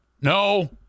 No